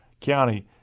county